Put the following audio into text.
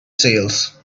sails